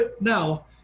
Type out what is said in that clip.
now